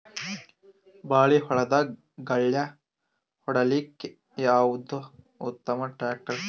ಬಾಳಿ ಹೊಲದಾಗ ಗಳ್ಯಾ ಹೊಡಿಲಾಕ್ಕ ಯಾವದ ಉತ್ತಮ ಟ್ಯಾಕ್ಟರ್?